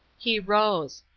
he rose.